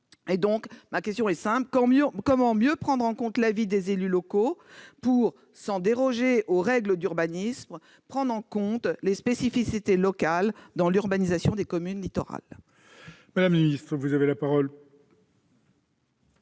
Ma question est simple : comment mieux prendre en compte l'avis des élus locaux pour, sans déroger aux règles d'urbanisme, tenir compte des spécificités locales dans l'urbanisation des communes littorales ? La parole est à Mme la